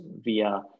via